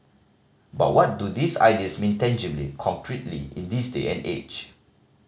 but what do these ideas mean tangibly concretely in this day and age